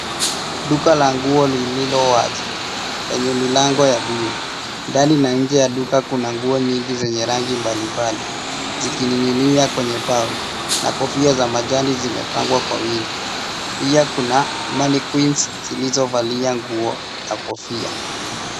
Duka la nguo lililo wazi lenye milango ya mbiu. Ndani na nje ya duka kuna nguo nyingi zenye rangi mbali mbali. zikininginia kwenye pau na kofia za majani zimepangwa kwa wingi. Pia kuna mannequins zilizovalia, nguo na kofia.